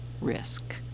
risk